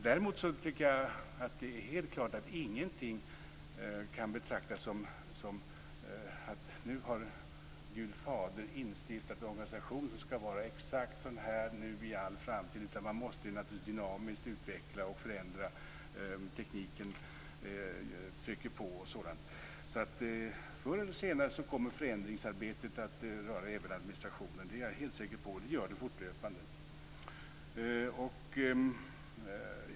Däremot tycker jag att det är helt klart att ingenting kan betraktas som att nu har Gud Fader instiftat en organisation som skall vara exakt så här nu i all framtid. Man måste naturligtvis dynamiskt utveckla och förändra. Tekniken trycker på och sådant, så förr eller senare kommer förändringsarbetet att röra även administrationen, det är jag helt säker på. Det gör det fortlöpande.